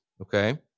Okay